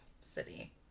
city